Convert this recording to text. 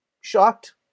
Shocked